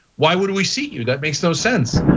why would we see you that makes no sense.